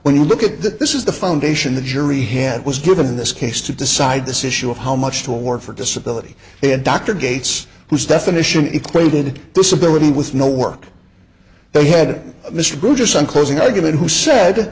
when you look at that this is the foundation the jury had was given in this case to decide this issue of how much to award for disability and dr gates whose definition equated disability with no work they had mr krueger some closing argument who said